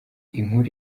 inkuru